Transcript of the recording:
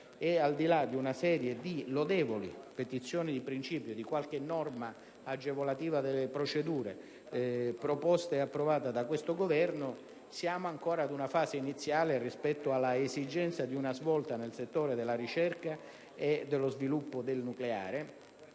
Francia e di una serie lodevole di petizioni di principio e di qualche norma agevolativa delle procedure proposte ed approvate da questo Governo, si è ancora in una fase iniziale rispetto all'esigenza di una svolta nel settore della ricerca e dello sviluppo del nucleare